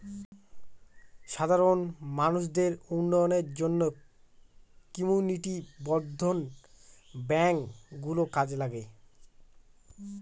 সাধারণ মানুষদের উন্নয়নের জন্য কমিউনিটি বর্ধন ব্যাঙ্ক গুলো কাজে লাগে